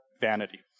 Vanity